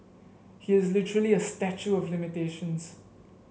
he is literally a statue of limitations